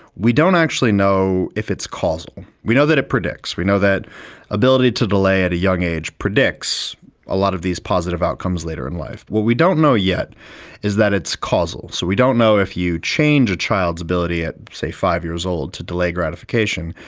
we don't actually know if it's causal. we know that it predicts, we know that ability to delay at a young age predicts a lot of these positive outcomes later in life. what we don't know yet is that it's causal. so we don't know if you change child's ability at, say, five years old to delay gratification,